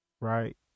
right